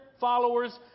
followers